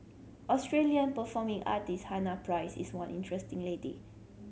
Australian performing artist Hannah Price is one interesting lady